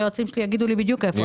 היועצים שלי יגידו לי בדיוק איפה זה.